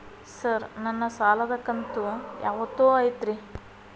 Sir ನನ್ನ ಸಾಲದ ಕಂತು ಯಾವತ್ತೂ ಐತ್ರಿ?